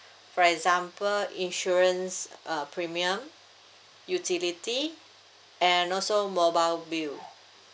for example insurance uh premium utility and also mobile bill